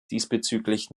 diesbezüglich